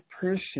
person